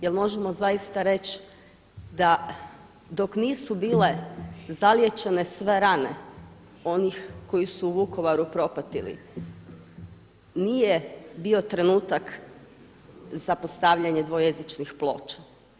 Jer možemo zaista reći da dok nisu bile zaliječene sve rane onih koji su u Vukovaru propatili nije bio trenutak za postavljanje dvojezičnih ploča.